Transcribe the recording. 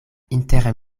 inter